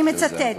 אני מצטטת: